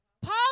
Paul